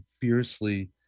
fiercely